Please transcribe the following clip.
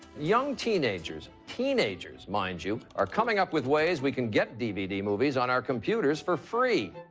young teenagers, teenagers, mind you, are coming up with ways we can get dvd movies on our computers for free.